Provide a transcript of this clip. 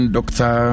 Doctor